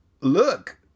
Look